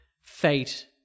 fate